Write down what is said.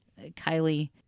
Kylie